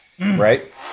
right